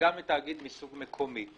וגם לתאגיד מסוג מקומי,